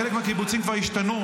חלק מהקיבוצים כבר השתנו.